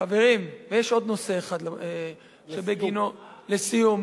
חברים, יש עוד נושא אחד שבגינו, לסיום.